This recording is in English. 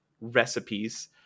recipes